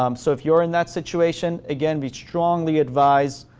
um so if you are in that situation, again we strongly advise